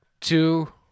Two